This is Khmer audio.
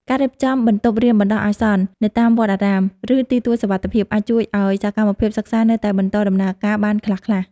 ការរៀបចំបន្ទប់រៀនបណ្តោះអាសន្ននៅតាមវត្តអារាម ឬទីទួលសុវត្ថិភាព អាចជួយឱ្យសកម្មភាពសិក្សានៅតែបន្តដំណើរការបានខ្លះៗ។